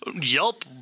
Yelp